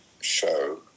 show